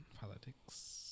Politics